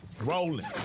Rolling